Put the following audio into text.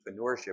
entrepreneurship